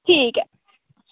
ठीक ऐ